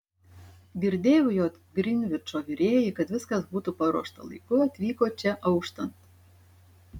girdėjau jog grinvičo virėjai kad viskas būtų paruošta laiku atvyko čia auštant